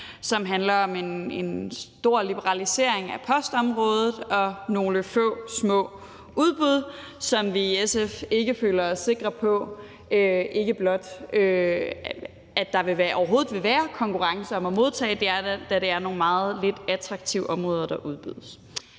som handler om en stor liberalisering af postområdet og nogle få små udbud, hvor vi i SF ikke føler os sikre på, at der overhovedet vil være konkurrence, da det er nogle meget lidt attraktive områder, der udbydes.